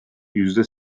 yüzde